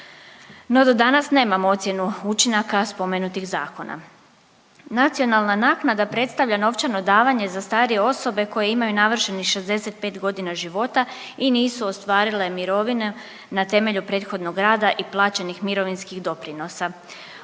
No, do danas nemamo ocjenu učinaka spomenutih zakona. Nacionalna naknada predstavlja novčano davanje za starije osobe koje imaju navršenih 65 godina života i nisu ostvarile mirovine na temelju prethodnog rada i plaćenih mirovinskih doprinosa.